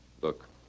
Look